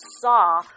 saw